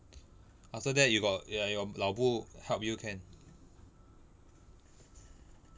after that you got ya your lao bu help you can